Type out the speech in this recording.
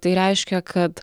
tai reiškia kad